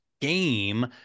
game